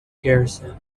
garrison